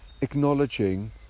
acknowledging